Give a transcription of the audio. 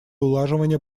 улаживания